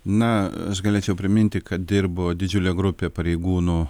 na aš galėčiau priminti kad dirbo didžiulė grupė pareigūnų